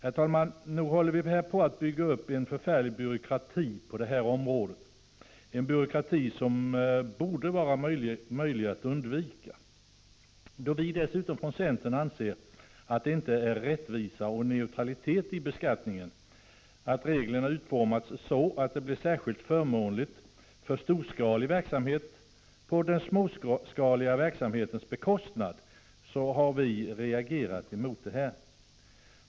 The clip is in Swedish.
Nog håller vi här på att bygga upp en förfärlig byråkrati på detta område, en byråkrati som borde vara möjlig att undvika. Då vi dessutom från centern anser att det inte är rättvisa och neutralitet i beskattningen, att reglerna utformas så att de blir särskilt förmånliga för storskalig verksamhet på den småskaliga verksamhetens bekostnad, har vi reagerat mot det här.